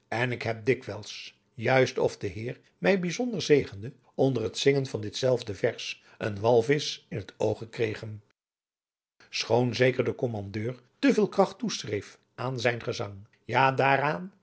en ik heb dikwijls juist of de heer mij bijzonder zegende onder het zingen van dit zelfde vers een walvisch in het oog gekregen schoon zeker de kommandeur te veel kracht toeschreef aan zijn gezang ja daaraan